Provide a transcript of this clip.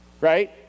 Right